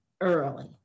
early